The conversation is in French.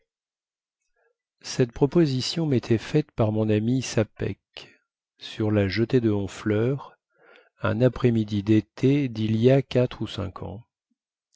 cette proposition métait faite par mon ami sapeck sur la jetée de honfleur un après-midi dété dil y a quatre ou cinq ans